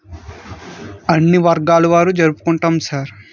అన్నీ వర్గాల వారు జరుపుకుంటాం సార్